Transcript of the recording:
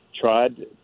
tried